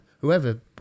whoever